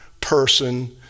person